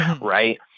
right